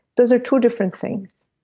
those are two different things